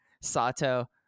Sato